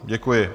Děkuji.